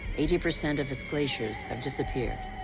eighty percent of its glaciers have disappeared.